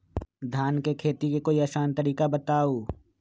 धान के खेती के कोई आसान तरिका बताउ?